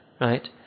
Right